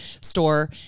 store